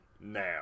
now